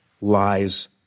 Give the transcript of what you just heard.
lies